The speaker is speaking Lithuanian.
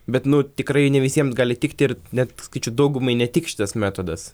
bet nu tikrai ne visiems gali tikti ir net sakyčiau daugumai netiks šitas metodas